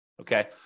Okay